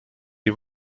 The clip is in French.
des